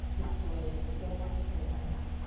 display forms, things like that.